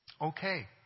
Okay